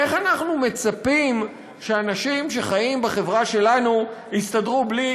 איך אנחנו מצפים שאנשים שחיים בחברה שלנו יסתדרו בלי